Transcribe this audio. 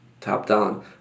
Top-down